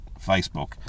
Facebook